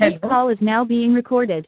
hello this call is now being recorded